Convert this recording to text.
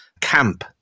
camp